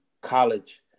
college